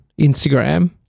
Instagram